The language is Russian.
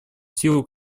силу